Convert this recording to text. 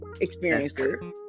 experiences